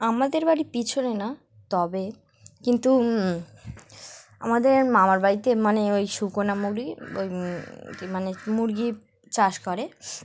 আমাদের বাড়ির পিছনে না তবে কিন্তু আমাদের মামার বাড়িতে মানে ওই সুগুনা মুরগি ওই কি মানে মুরগি চাষ করে